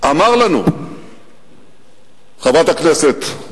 חברת הכנסת,